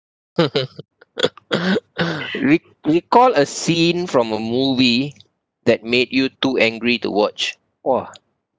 re~ recall a scene from a movie that made you too angry to watch !wah!